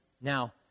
Now